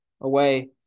away